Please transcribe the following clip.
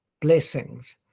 blessings